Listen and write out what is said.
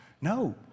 No